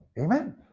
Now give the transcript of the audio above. Amen